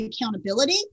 accountability